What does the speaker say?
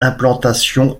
implantations